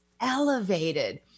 elevated